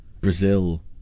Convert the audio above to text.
Brazil